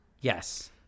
Yes